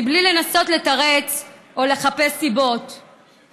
בלי לנסות לתרץ או לחפש סיבות,